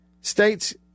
state's